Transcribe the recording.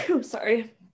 sorry